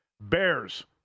Bears